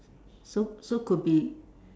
so so could be